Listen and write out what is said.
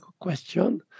question